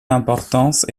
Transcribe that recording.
l’importance